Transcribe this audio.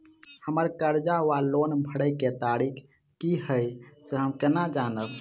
हम्मर कर्जा वा लोन भरय केँ तारीख की हय सँ हम केना जानब?